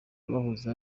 abahoze